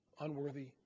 unworthy